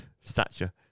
stature